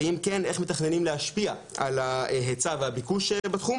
ואם כן איך מתכננים להשפיע על ההיצע והביקוש בתחום?